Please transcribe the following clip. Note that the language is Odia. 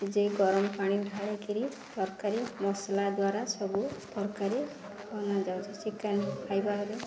ଯେ ଗରମ ପାଣି ଢାଳିକରି ତରକାରୀ ମସଲା ଦ୍ୱାରା ସବୁ ତରକାରୀ ବନା ଯାଉଛି ଚିକେନ୍ ଖାଇବା